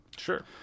Sure